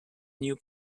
new